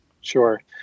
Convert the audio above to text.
Sure